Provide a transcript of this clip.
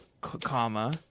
comma